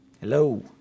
hello